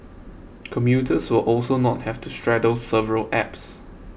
commuters will also not have to straddle several apps